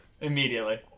Immediately